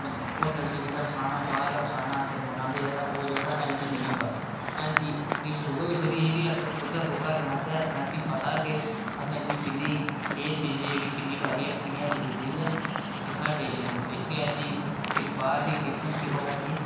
hotel च जेह्ड़ा खाना बाह्रला खाना अस मंगांदे जेह्ड़ा ओह् जेह्ड़ा हैल्दी नेईं होंदा हैल्दी डिश उ'ऐ होई सकदी जेह्ड़ी अस खुद आपूं घर बनाचै अपने असें गी पता कि असें इत्थै किन्नी केह् चीज जेह्ड़ी किन्नी पाए दी ऐ किन्नी हैल्दी कीती दी ऐ एह् साढ़े बिच गै मतलब साढ़ी जेह्ड़ी बाहर दी डिश होंदी ओह् हैल्दी